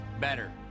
better